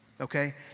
Okay